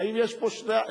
האם יש פה פר-קפיטה?